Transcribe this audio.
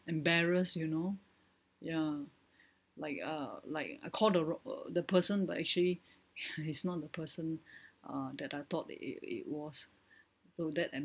embarrass you know ya like uh like I call the wr~ the person but actually it's not the person uh that I thought it it it was so that